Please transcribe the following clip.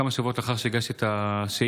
כמה שבועות לאחר שהגשתי את השאילתה,